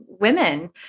women